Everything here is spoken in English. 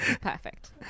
perfect